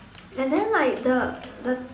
and then like the the